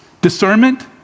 Discernment